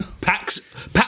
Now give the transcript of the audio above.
packs-